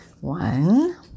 One